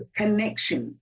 connection